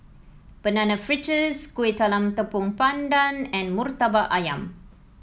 Banana Fritters Kueh Talam Tepong Pandan and murtabak ayam